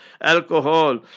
alcohol